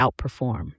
outperform